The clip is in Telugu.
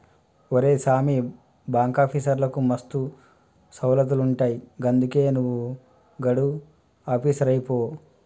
ఒరే సామీ, బాంకాఫీసర్లకు మస్తు సౌలతులుంటయ్ గందుకే నువు గుడ ఆపీసరువైపో